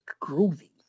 groovy